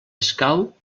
escau